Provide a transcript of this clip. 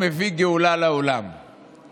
אתה יודע, שמעתי אתמול ריאיון, חבר הכנסת אמסלם.